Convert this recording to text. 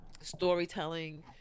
storytelling